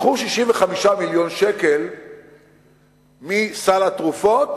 נלקחו 65 מיליון שקל מסל התרופות